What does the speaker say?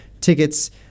Tickets